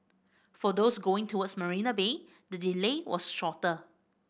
for those going towards Marina Bay the delay was shorter